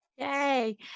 Yay